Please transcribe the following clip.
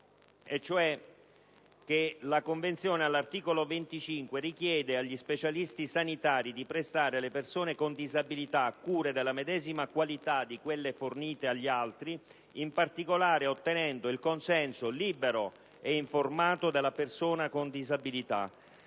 confronto. La Convenzione, all'articolo 25, richiede agli specialisti sanitari di prestare alle persone con disabilità cure della medesima qualità di quelle fornite agli altri, in particolare ottenendo il consenso libero e informato della persona con disabilità